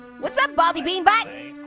what's up baldi bean butt?